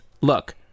look